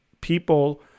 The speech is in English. people